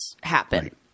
happen